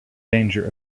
danger